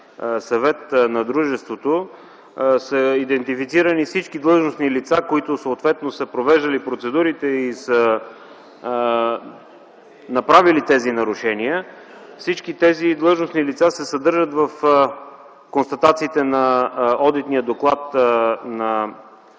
съвет на дружеството, са идентифицирани всички длъжностни лица, които съответно са провеждали процедурите и са правили тези нарушения. Всички тези длъжностни лица се съдържат в констатациите на одитния доклад на